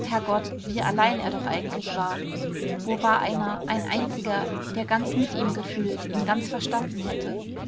herr gott wie allein er doch eigentlich war wo war einer ein einziger der ganz mit ihm gefühlt ihn ganz verstanden hätte